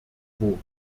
quo